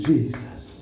Jesus